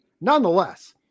Nonetheless